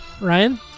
Ryan